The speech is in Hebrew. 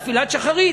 תפילת שחרית?